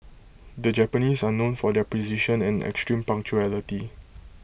the Japanese are known for their precision and extreme punctuality